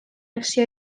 acció